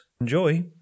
enjoy